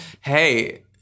hey